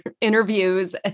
interviews